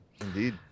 Indeed